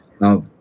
now